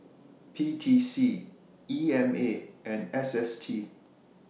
P T C E M A and S S T